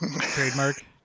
trademark